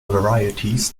varieties